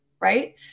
Right